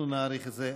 אנחנו נעריך את זה.